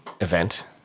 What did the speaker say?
event